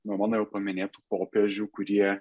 nuo mano jau paminėtų popiežių kurie